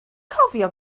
cofio